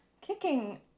kicking